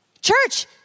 Church